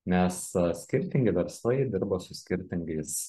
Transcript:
nes skirtingi verslai dirba su skirtingais